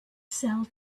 sell